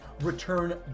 return